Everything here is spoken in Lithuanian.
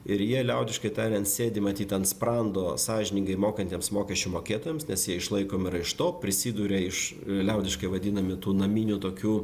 ir jie liaudiškai tariant sėdi matyt ant sprando sąžiningai mokantiems mokesčių mokėtojams nes jie išlaikomi yra iš to prisiduria iš liaudiškai vadinami tų naminių tokių